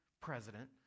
President